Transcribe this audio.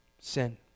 sin